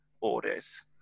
orders